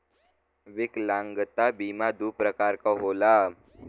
विकलागंता बीमा दू प्रकार क होला